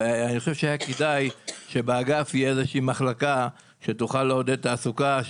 אני חושב שהיה כדאי שבאגף תהיה איזושהי מחלקה שתוכל לעודד תעסוקה,